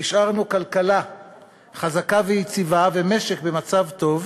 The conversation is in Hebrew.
השארנו כלכלה חזקה ויציבה ומשק במצב טוב.